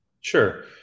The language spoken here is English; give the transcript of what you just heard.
Sure